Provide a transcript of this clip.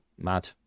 mad